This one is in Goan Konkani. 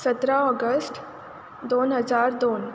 सतरा ऑगस्ट दोन हजार दोन